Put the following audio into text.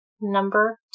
number